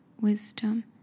wisdom